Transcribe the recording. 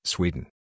Sweden